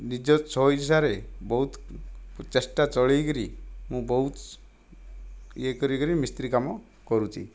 ନିଜ ସ୍ୱଇଚ୍ଛାରେ ବହୁତ ଚେଷ୍ଟା ଚଳାଇକରି ମୁଁ ବହୁତ ୟେ କରି କରି ମିସ୍ତ୍ରୀ କାମ କରୁଛି